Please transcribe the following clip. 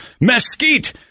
Mesquite